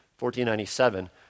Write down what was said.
1497